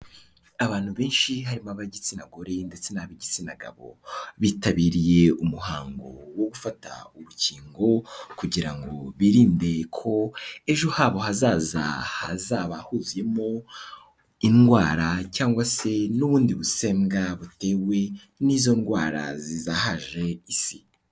Abantu benshi harimo ab'igitsina gore ndetse n'ab'igitsina gabo, bitabiriye umuhango wo gufata urukingo kugira ngo birinde ko ejo habo hazaza hazaba huzuyemo indwara cyangwa se n'ubundi busembwa, butewe n'izo ndwara zizahaje Isi.